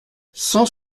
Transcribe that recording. cent